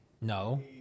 No